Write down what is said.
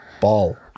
ball